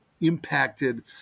impacted